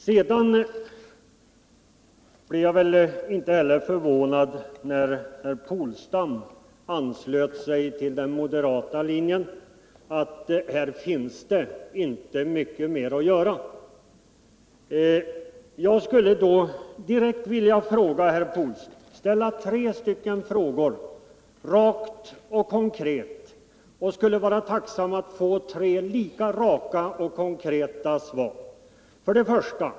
Jag blev inte förvånad när herr Polstam anslöt sig till den moderata linjen om att det inte finns mycket mer att göra här. Jag skulle då vilja ställa tre frågor rakt och konkret till herr Polstam, och jag skulle vara tacksam att få tre lika raka och konkreta svar. 1.